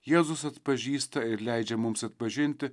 jėzus atpažįsta ir leidžia mums atpažinti